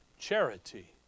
charity